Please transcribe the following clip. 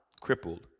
crippled